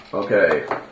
Okay